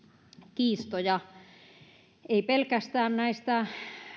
kiistoja ei pelkästään näistä